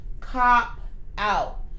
cop-out